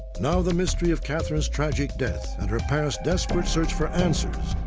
now the mystery of katherine's tragic death and her parent's desperate search for answers,